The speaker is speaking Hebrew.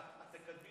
את תקדמי נסיעות בשבת?